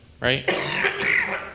Right